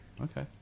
Okay